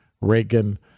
Reagan